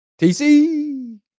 TC